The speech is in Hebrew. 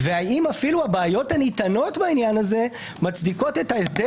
והאם אפילו הבעיות הניתנות בעניין הזה מצדיקות את ההסדר